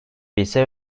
ise